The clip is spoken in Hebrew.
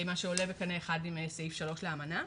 מה שעולה בקנה אחד עם סעיף 3 לאמנה.